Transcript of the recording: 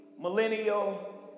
millennial